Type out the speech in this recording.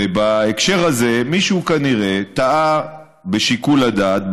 ובהקשר הזה מישהו כנראה טעה בשיקול הדעת.